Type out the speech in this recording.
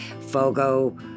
Fogo